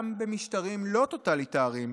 גם במשטרים לא טוטליטריים,